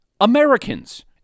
Americans